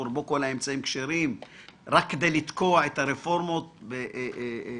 בו כל האמצעים כשרים רק כדי לתקוע את הרפורמות השונות?